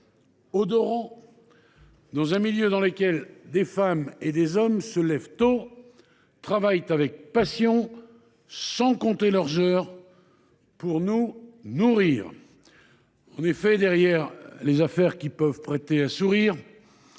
odorant, un milieu dans lequel des femmes et des hommes se lèvent tôt, travaillent avec passion et sans compter leurs heures, pour nous nourrir. Derrière les affaires qui peuvent prêter à sourire,